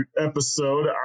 episode